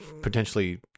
potentially